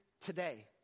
today